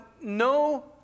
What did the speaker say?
no